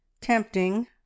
tempting